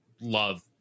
love